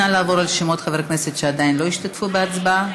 נא לעבור על שמות חברי הכנסת שעדין לא השתתפו בהצבעה.